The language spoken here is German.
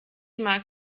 mag